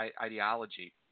ideology